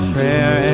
Prayer